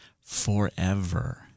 forever